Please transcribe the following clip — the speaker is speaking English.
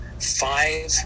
five